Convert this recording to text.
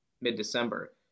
mid-December